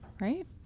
right